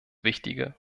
wichtige